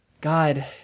God